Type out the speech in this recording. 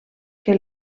que